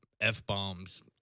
F-bombs